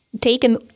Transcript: taken